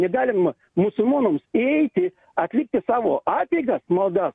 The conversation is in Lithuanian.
negalima musulmonams įeiti atlikti savo apeigas maldas